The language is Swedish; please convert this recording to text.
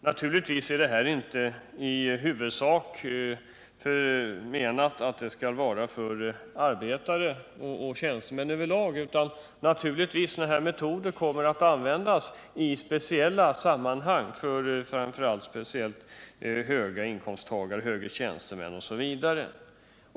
Naturligtvis är det här inte i huvudsak avsett för arbetare och tjänstemän över lag, utan sådana här metoder kommer givetvis att användas i speciella sammanhang för framför allt höginkomsttagare — höga tjänstemän osv.